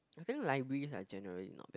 I think libraries are generally not